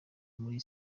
muri